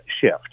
shift